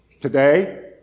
Today